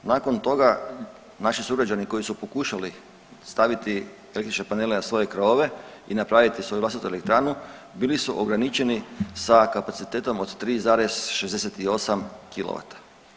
Nakon toga naši sugrađani koji su pokušali staviti električne panele na svoje krovove i napraviti svoju vlastitu elektranu bili su ograničeni sa kapacitetom od 3,68 kilovata.